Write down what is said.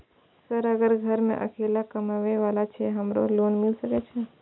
Sir अगर घर में अकेला कमबे वाला छे हमरो के लोन मिल सके छे?